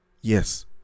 Yes